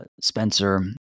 Spencer